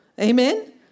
Amen